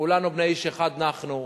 כולנו בני איש אחד נחנו.